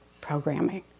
programming